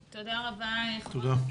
תודה נכון.